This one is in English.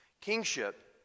Kingship